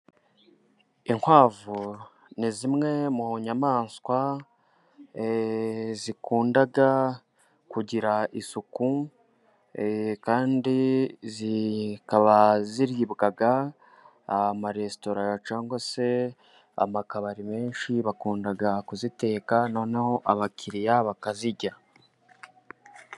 Inkwavu ni zimwe mu nyamaswa, zikunda kugira isuku kandi zikaba ziribwa, amaresitora cyangwa se amakabari menshi, bakunda kuziteka noneho abakiriya bakazirya.